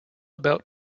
about